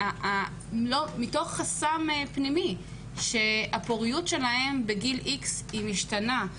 מתוך חסם פנימי שהפוריות שלהם בגיל X משתנה.